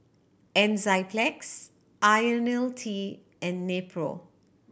Enzyplex Ionil T and Nepro